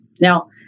Now